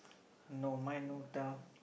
no mine no tell